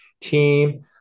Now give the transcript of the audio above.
team